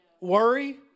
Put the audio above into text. worry